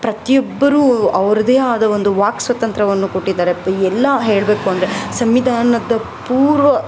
ಪ್ರತಿಯೊಬ್ಬರೂ ಅವ್ರದೇ ಆದ ಒಂದು ವಾಕ್ಸ್ವಾತಂತ್ರ್ಯವನ್ನು ಕೊಟ್ಟಿದ್ದಾರೆ ಈ ಎಲ್ಲ ಹೇಳಬೇಕು ಅಂದರೆ ಸಂವಿಧಾನದ ಪೂರ್ವ